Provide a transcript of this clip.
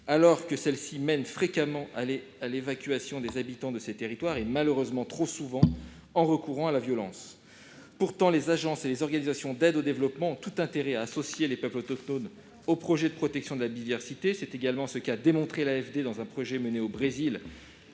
protégées, qui mènent fréquemment à l'évacuation des habitants de ces territoires, malheureusement trop souvent en recourant à la violence. Pourtant, les agences et les organisations d'aide au développement ont tout intérêt à associer les peuples autochtones aux projets de protection de la diversité. C'est également ce qu'a démontré l'AFD dans un projet mené au Brésil,